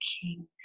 king